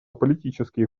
политические